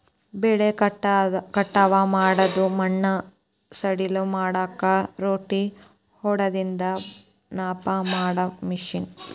ಬೆಳಿ ಕಟಾವ ಮಾಡಿಂದ ಮಣ್ಣ ಸಡಿಲ ಮಾಡಾಕ ರೆಂಟಿ ಹೊಡದಿಂದ ಸಾಪ ಮಾಡು ಮಿಷನ್